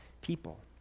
people